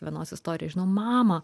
vienos istoriją žinau mama